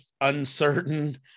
uncertain